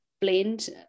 blend